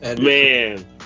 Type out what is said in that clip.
Man